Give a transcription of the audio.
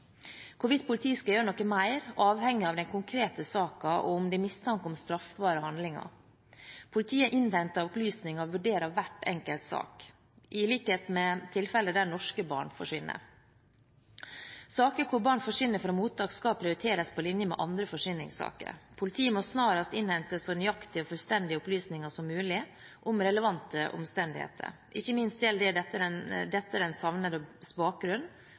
Hvorvidt politiet skal gjøre noe mer, avhenger av den konkrete saken og om det er mistanke om straffbare handlinger. Politiet innhenter opplysninger og vurderer hver enkelt sak i likhet med tilfeller der norske barn forsvinner. Saker der barn forsvinner fra mottak, skal prioriteres på linje med andre forsvinningssaker. Politiet må snarest innhente så nøyaktige og fullstendige opplysninger som mulig om relevante omstendigheter. Ikke minst gjelder dette den savnedes bakgrunn og personlige forhold. Forsvinninger fra mottak er